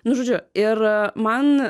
nu žodžiu ir man